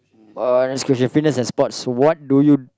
uh next question fitness and sports what do you